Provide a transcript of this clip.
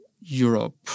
Europe